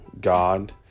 God